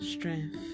Strength